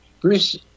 Bruce